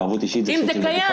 וערבות אישית זה דבר אחר.